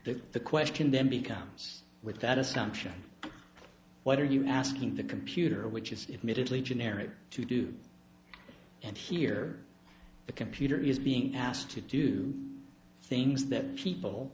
point the question then becomes with that assumption what are you asking the computer which is medically generic to do and here the computer is being asked to do things that people